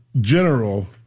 general